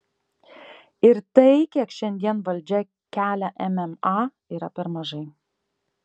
ir tai kiek šiandien valdžia kelia mma yra per mažai